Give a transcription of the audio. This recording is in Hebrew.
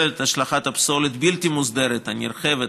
את השלכת הפסולת הבלתי-מוסדרת הנרחבת,